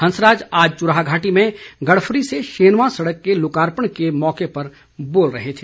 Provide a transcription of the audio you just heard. हंसराज आज चुराह घाटी में गड़फरी से शनेवां सड़क के लोकार्पण के मौके पर बोल रहे थे